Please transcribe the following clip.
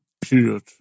period